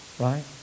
Right